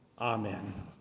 Amen